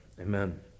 Amen